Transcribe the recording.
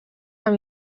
amb